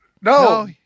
No